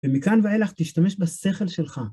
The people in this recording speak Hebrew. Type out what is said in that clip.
ומכאן ואילך תשתמש בשכל שלך.